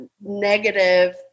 negative